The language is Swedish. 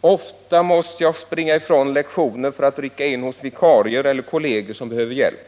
Ofta måste jag springa ifrån lektioner för att rycka in hos vikarier eller kolleger som behöver hjälp.